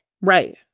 right